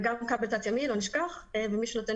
וגם כבל תת ימי, למי שנותן